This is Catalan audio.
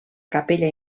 capella